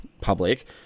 public